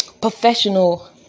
professional